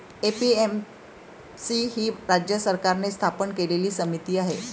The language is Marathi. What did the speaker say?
ए.पी.एम.सी ही राज्य सरकारने स्थापन केलेली समिती आहे